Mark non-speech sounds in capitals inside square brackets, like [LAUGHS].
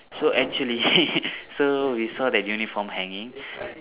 so actually [LAUGHS] so we saw that uniform hanging